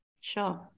Sure